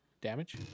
Damage